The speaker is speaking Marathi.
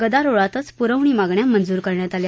गदारोळातच पूरवणी मागण्या मंजूर करण्यात आल्या